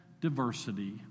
diversity